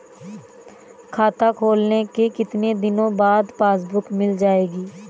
खाता खोलने के कितनी दिनो बाद पासबुक मिल जाएगी?